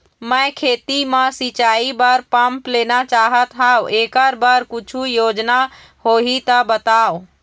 मैं खेती म सिचाई बर पंप लेना चाहत हाव, एकर बर कुछू योजना होही त बताव?